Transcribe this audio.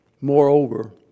Moreover